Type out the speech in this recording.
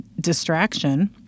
distraction